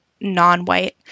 non-white